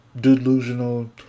delusional